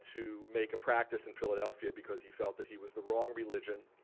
to make a practice in philadelphia because he felt that he was the wrong religion.